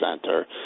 center